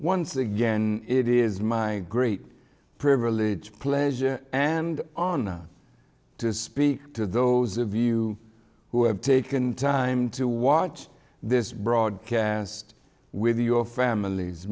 once again it is my great privilege pleasure and honor to speak to those of you who have taken time to watch this broadcast with your famil